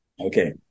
Okay